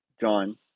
john